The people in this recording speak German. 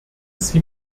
sie